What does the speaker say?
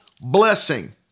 blessing